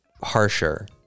harsher